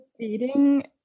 dating